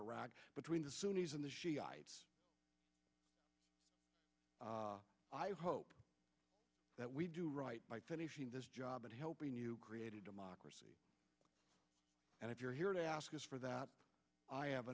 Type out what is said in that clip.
iraq between the sunni's and the shiites i hope that we do right by finishing this job and helping you create a democracy and if you're here to ask us for that i have